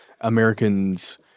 Americans –